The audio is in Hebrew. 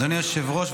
אדוני היושב-ראש,